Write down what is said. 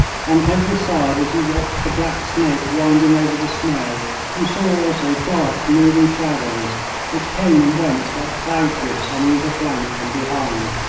on every side as you watched the black snake winding over the snow you saw also dark, moving shadows which came and went like cloud drifts on either flank and behind.